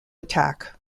attack